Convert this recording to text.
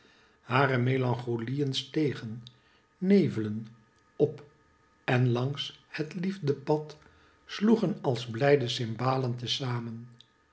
hare melancholieen stegen nevelen op en langs het liefdepad sloegen als blijde cymbalen te zamen